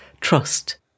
trust